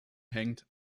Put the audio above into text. hängt